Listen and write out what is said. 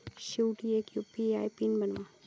शेवटी एक UPI PIN बनवा